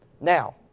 Now